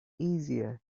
easier